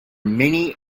many